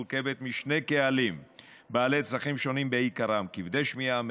מורכבת משני קהלים בעלי צרכים שונים בעיקרם: כבדי שמיעה,